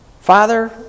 Father